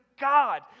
God